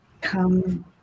come